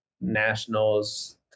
Nationals